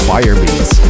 Firebeats